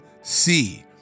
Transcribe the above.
see